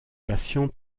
patients